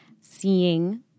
seeing